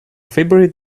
favorite